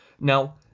Now